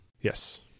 Yes